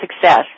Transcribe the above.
Success